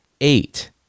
Eight